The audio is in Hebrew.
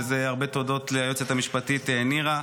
וזה הרבה הודות ליועצת המשפטית נירה,